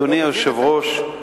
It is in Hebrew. אדוני היושב-ראש,